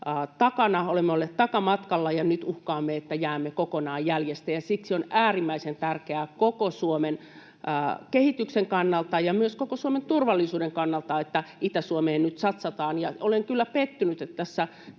olemme olleet takamatkalla, ja nyt on uhkana, että jäämme kokonaan jäljestä. Siksi on äärimmäisen tärkeää koko Suomen kehityksen kannalta ja myös koko Suomen turvallisuuden kannalta, että Itä-Suomeen nyt satsataan, ja olen kyllä pettynyt, että tässä